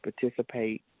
participate